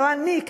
לא אני,